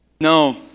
no